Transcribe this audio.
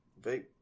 Vape